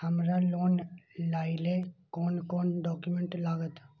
हमरा लोन लाइले कोन कोन डॉक्यूमेंट लागत?